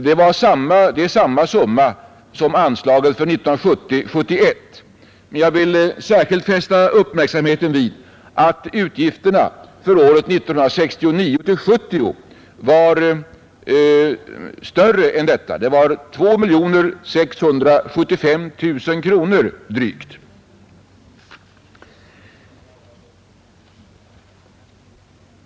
Det är samma summa som anslaget för 1970 70 var större än detta. De var drygt 2675 000 kronor.